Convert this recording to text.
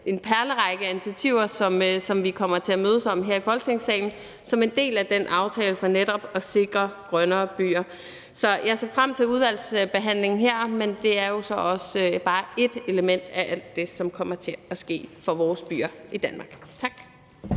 en perlerække af initiativer, som vi kommer til at mødes om her i Folketingssalen som en del af den aftale om netop at sikre grønnere byer. Så jeg ser frem til udvalgsbehandlingen her, men det er jo så også bare ét element i alt det, som kommer til at ske for vores byer i Danmark. Tak.